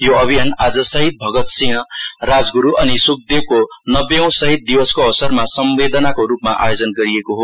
यो अभियान आज शहीद भगत सिंह राजग्रू अनि श्कदेवको नब्बेऔं शहीद दिवसको अवसरमा सम्वेदनाको रूपमा आयोजना गरिएको हो